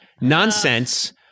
nonsense